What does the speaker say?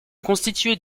constitués